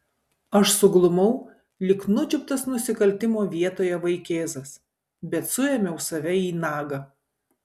aš suglumau lyg nučiuptas nusikaltimo vietoje vaikėzas bet suėmiau save į nagą